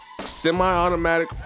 semi-automatic